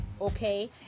okay